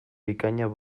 bikainak